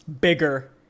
bigger